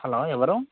hello ఎవరు